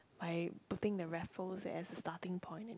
by putting the Raffles as a starting point